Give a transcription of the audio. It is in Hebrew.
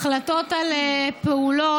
החלטות על פעולות